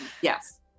Yes